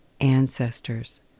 ancestors